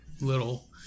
little